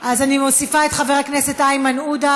אז אני מוסיפה את חבר הכנסת איימן עודה,